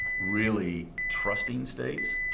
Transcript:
really trusting states.